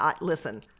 Listen